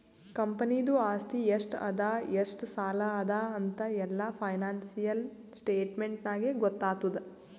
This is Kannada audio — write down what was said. ಕಂಪನಿದು ಆಸ್ತಿ ಎಷ್ಟ ಅದಾ ಎಷ್ಟ ಸಾಲ ಅದಾ ಅಂತ್ ಎಲ್ಲಾ ಫೈನಾನ್ಸಿಯಲ್ ಸ್ಟೇಟ್ಮೆಂಟ್ ನಾಗೇ ಗೊತ್ತಾತುದ್